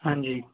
ਹਾਂਜੀ